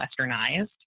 Westernized